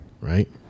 right